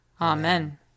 Amen